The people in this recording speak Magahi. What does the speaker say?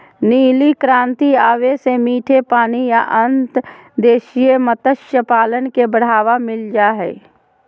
नीली क्रांति आवे से मीठे पानी या अंतर्देशीय मत्स्य पालन के बढ़ावा मिल लय हय